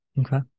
Okay